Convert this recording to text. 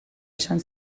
esan